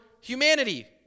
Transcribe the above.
humanity